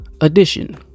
edition